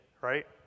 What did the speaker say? right